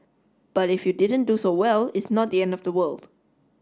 but if you didn't do so well it's not the end of the world